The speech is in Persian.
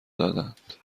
دادند